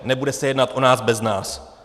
Nebude se jednat o nás, bez nás.